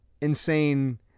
insane